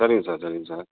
சரிங்க சார் சரிங்க சார்